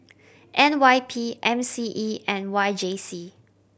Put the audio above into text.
N Y P M C E and Y J C